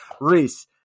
Reese